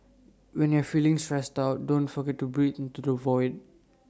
when you are feeling stressed out don't forget to breathe into the void